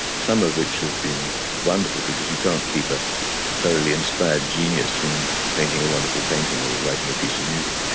some of which has been wonderful wonderful because you can't keep a thoroughly inspired genius from painting a wonderful painting or writing a piece of music,